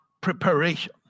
preparation